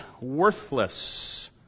worthless